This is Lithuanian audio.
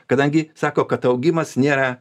kadangi sako kad augimas nėra